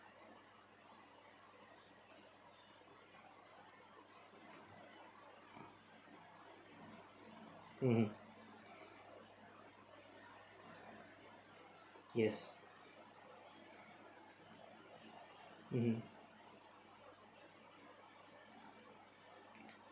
ah mmhmm yes mm